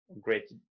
great